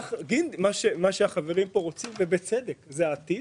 מה שהחברים כאן רוצים, ובצדק, זה העתיד,